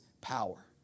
power